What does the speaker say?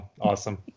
Awesome